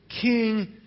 king